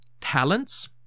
talents